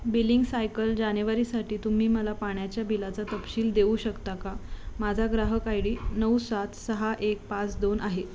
billing cycle जानेवारीसाठी तुम्ही मला पाण्याच्या बिलाचा तपशील देऊ शकता का माझा ग्राहक आय डी नऊ सात सहा एक पाच दोन आहे